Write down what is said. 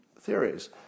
theories